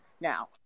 now